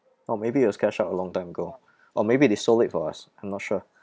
or maybe it was cashed out a long time ago or maybe they sold it for us I'm not sure